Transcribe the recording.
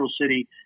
city